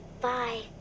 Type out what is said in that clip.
bye